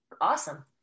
Awesome